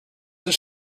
does